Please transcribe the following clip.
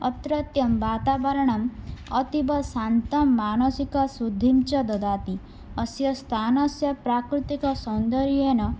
अत्रत्यं वातावरणम् अतीव शान्तमानसिकशुद्धिं च ददाति अस्य स्थानस्य प्राकृतिकसौन्दर्येण